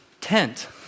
tent